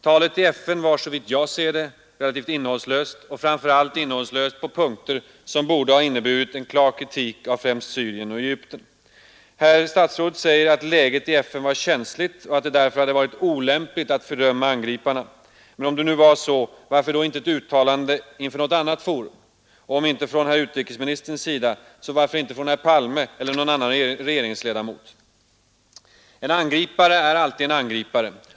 Talet i FN var, som jag ser det, relativt innehållslöst — framför allt innehållslöst på punkter som borde ha inneburit en klar kritik av främst Syrien och Egypten. Herr utrikesministern säger att läget i FN var känsligt och att det därför hade varit olämpligt att fördöma angriparna. Men om det nu var så, varför då inte ett uttalande inför något annat forum? Om inte från utrikesministern, så varför inte från herr Palme eller någon annan regeringsledamot? En angripare är alltid en angripare.